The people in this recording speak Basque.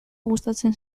gustatzen